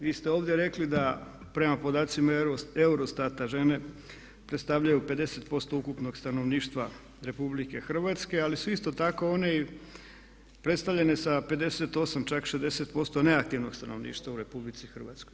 Vi ste ovdje rekli da prema podacima EUROSTAT-a žene predstavljaju 50% ukupnog stanovništva Republike Hrvatske ali su isto tako one i predstavljene sa 58 i čak 60% neaktivnog stanovništva u RH.